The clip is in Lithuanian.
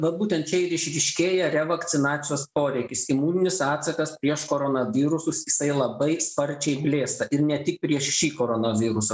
vat būtent čia ir išryškėja revakcinacijos poreikis imuninis atsakas prieš koronavirusus jisai labai sparčiai blėsta ir ne tik prieš šį korono virusą